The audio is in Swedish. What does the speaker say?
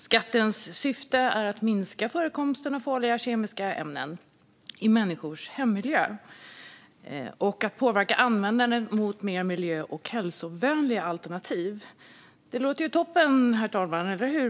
Skattens syfte är att minska förekomsten av farliga kemiska ämnen i människors hemmiljö och att påverka användandet mot mer miljö och hälsovänliga alternativ. Det låter ju toppen, herr talman, eller hur?